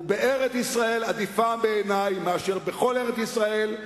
ובארץ-ישראל עדיף בעיני מאשר בכל ארץ-ישראל,